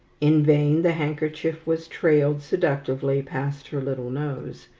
in vain the handkerchief was trailed seductively past her little nose,